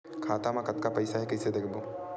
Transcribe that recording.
खाता मा कतका पईसा हे कइसे देखबो?